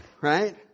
right